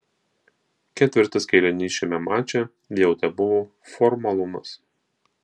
ketvirtas kėlinys šiame mače jau tebuvo formalumas